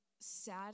sad